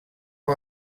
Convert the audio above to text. amb